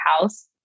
house